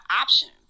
options